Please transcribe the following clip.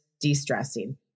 de-stressing